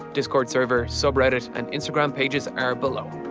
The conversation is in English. discord server, subreddit and instagram pages are below.